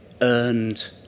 earned